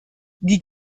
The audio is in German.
die